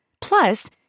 Plus